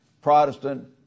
Protestant